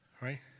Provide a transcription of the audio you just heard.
right